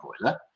boiler